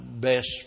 best